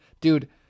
Dude